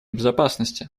безопасности